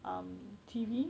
um T_V